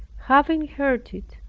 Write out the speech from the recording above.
having heard it,